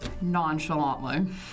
Nonchalantly